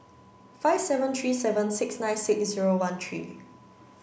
five seven three seven six nine six zero one three